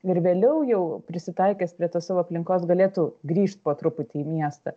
ir vėliau jau prisitaikęs prie tos savo aplinkos galėtų grįžt po truputį į miestą